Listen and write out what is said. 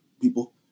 people